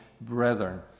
brethren